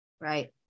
Right